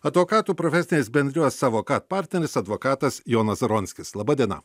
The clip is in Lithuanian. advokatų profesinės bendrijos savo kat partneris advokatas jonas zaronskis laba diena